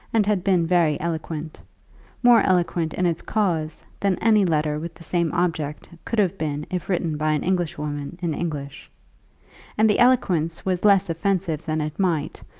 and had been very eloquent more eloquent in its cause than any letter with the same object could have been if written by an englishwoman in english and the eloquence was less offensive than it might,